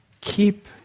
keep